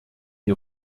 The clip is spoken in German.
die